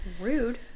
Rude